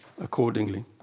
accordingly